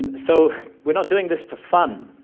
and so, we're not doing this for fun,